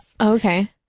Okay